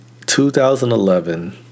2011